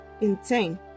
insane